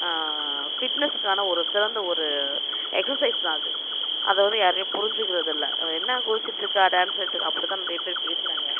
ஃபிட்னஸ்க்கான ஒரு சிறந்த ஒரு எக்சசைஸ் தான் அது அதை வந்து யாருமே புரிஞ்சிக்கிறது இல்லை அவ என்ன குதிச்சிட்ருக்கா டான்ஸ் ஆடிட்டுருக்கா அப்படிதான் நிறையா பேர் பேசுறாங்க